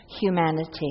humanity